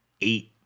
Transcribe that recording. eight